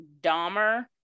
Dahmer